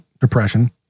Depression